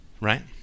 Right